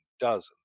dozens